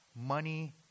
money